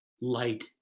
light